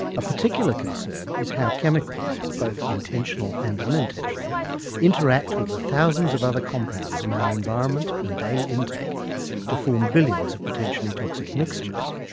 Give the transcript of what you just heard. a particular concern is how chemicals intentional and unintentional interact with the thousands of other compounds in our environment and daily intake to form billions of potentially toxic mixtures.